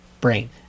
brain